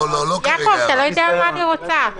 את אנשי המקצוע קודם.